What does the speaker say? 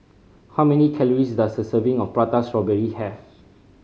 how many calories does a serving of Prata Strawberry have